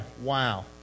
Wow